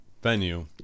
Venue